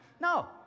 No